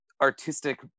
Artistic